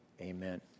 amen